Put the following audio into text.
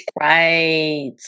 right